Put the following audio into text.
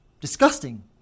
disgusting